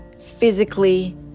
physically